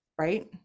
right